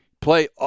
Play